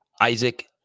Isaac